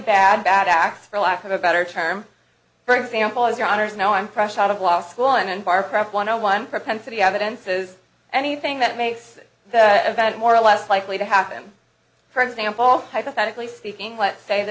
bad bad acts for lack of a better term for example as your honour's no i'm fresh out of law school and bar prep one o one propensity evidence is anything that makes the event more or less likely to happen for example hypothetically speaking let's say th